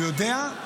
הוא יודע.